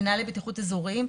מנהלי בטיחות אזוריים,